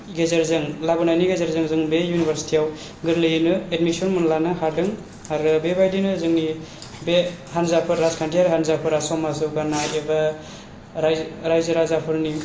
गेजेरजों लाबोनायनि गेजेरजों जों बे इउनिभारसिटियाव गोरलैयैनो एडमिसन मोनलानो हादों आरो बेबादिनो जोंनि बे हान्जाफोर राजखान्थियारि हान्जाफोरा समाज जौगानाय एबा राइजो राइजो राजाफोरनि